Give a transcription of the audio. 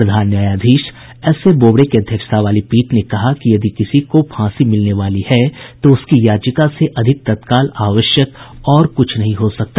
प्रधान न्यायाधीश S A Bobde की अध्यक्षता वाली पीठ ने कहा कि यदि किसी को फांसी मिलने वाली है तो उसकी याचिका से अधिक तत्काल आवश्यक और कुछ नहीं हो सकता